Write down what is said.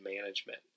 management